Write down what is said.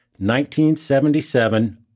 1977